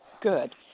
good